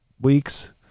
weeks